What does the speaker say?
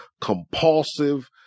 compulsive